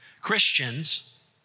Christians